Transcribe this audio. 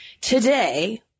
today